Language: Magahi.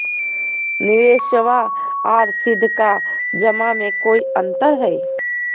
निबेसबा आर सीधका जमा मे कोइ अंतर हय?